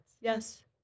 Yes